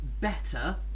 better